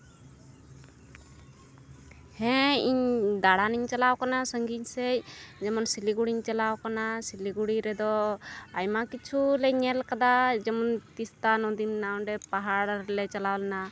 ᱦᱮᱸ ᱤᱧ ᱫᱟᱬᱟᱱᱤᱧ ᱪᱟᱞᱟᱣ ᱠᱟᱱᱟ ᱥᱟᱺᱜᱤᱧ ᱥᱮᱫ ᱡᱮᱢᱚᱱ ᱥᱤᱞᱤᱜᱩᱲᱤᱧ ᱪᱟᱞᱟᱣ ᱠᱟᱱᱟ ᱥᱤᱞᱤᱜᱩᱲᱤ ᱨᱮᱫᱚ ᱟᱭᱢᱟ ᱠᱤᱪᱷᱩ ᱞᱮ ᱧᱮᱞ ᱠᱟᱫᱟ ᱡᱮᱢᱚᱱ ᱛᱤᱥᱛᱟ ᱱᱚᱫᱤ ᱢᱮᱱᱟᱜᱼᱟ ᱚᱸᱰᱮ ᱯᱟᱦᱟᱲ ᱞᱮ ᱪᱟᱞᱟᱣ ᱞᱮᱱᱟ